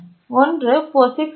ஒன்று POSIX 1